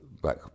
Back